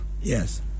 yes